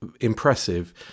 impressive